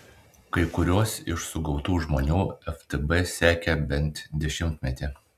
kai kuriuos iš sugautų žmonių ftb sekė bent dešimtmetį